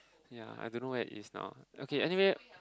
ya I don't know where it is now okay anyway